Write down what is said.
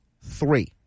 Three